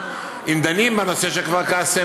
אם דנים בנושא של כפר קאסם,